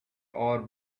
are